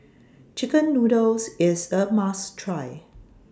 Chicken Noodles IS A must Try